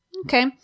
Okay